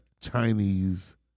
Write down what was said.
Chinese